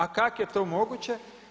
A kak je to moguće?